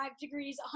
degrees